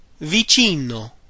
Vicino